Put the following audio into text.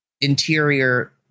interior